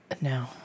No